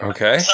Okay